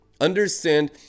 Understand